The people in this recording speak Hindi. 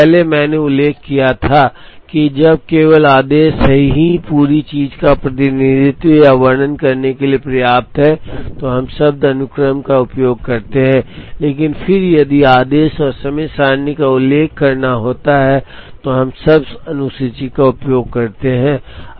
इससे पहले मैंने उल्लेख किया था कि जब केवल आदेश ही पूरी चीज़ का प्रतिनिधित्व या वर्णन करने के लिए पर्याप्त है तो हम शब्द अनुक्रम का उपयोग करते हैं लेकिन फिर यदि आदेश और समय सारिणी का उल्लेख करना है तो हम शब्द अनुसूची का उपयोग करते हैं